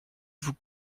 vous